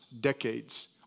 decades